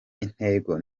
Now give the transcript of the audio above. intego